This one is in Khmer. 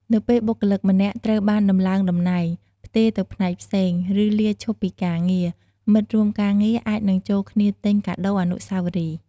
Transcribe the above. នៅពេលបុគ្គលិកម្នាក់ត្រូវបានដំឡើងតំណែង ផ្ទេរទៅផ្នែកផ្សេង ឬលាឈប់ពីការងារ មិត្តរួមការងារអាចនឹងចូលគ្នាទិញ កាដូរអនុស្សាវរីយ៍។